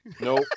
Nope